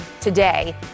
today